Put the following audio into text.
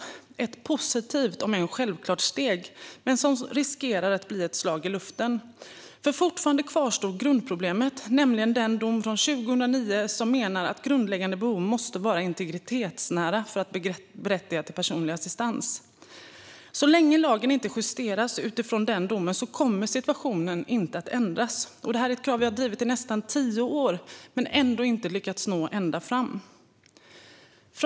Det är ett positivt om än självklart steg, som dock riskerar att bli ett slag i luften. Fortfarande kvarstår grundproblemet, nämligen den dom från 2009 som menar att grundläggande behov måste vara integritetsnära för att berättiga till personlig assistans. Så länge lagen inte justeras utifrån den domen kommer situationen inte att ändras. Det här är ett krav vi har drivit i nästan tio år. Ändå har vi inte lyckats nå ända fram.